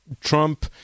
Trump